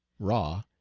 raw,